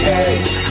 age